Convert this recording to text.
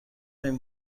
این